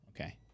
Okay